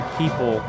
people